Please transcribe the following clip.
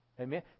Amen